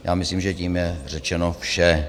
Já myslím, že tím je řečeno vše.